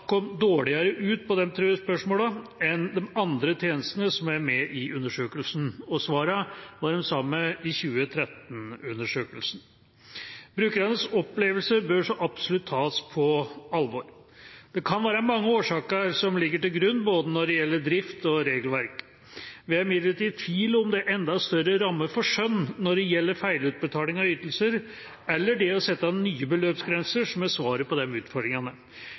kom dårligere ut på de tre spørsmålene enn de andre tjenestene som er med i undersøkelsen. Svarene var de samme i 2013-undersøkelsen. Brukernes opplevelse bør så absolutt tas på alvor. Det kan være mange årsaker som ligger til grunn, både når det gjelder drift og regelverk. Vi er imidlertid i tvil om det er enda større ramme for skjønn når det gjelder feilutbetalinger av ytelser, eller det å sette nye beløpsgrenser, som er svaret på de utfordringene.